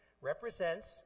represents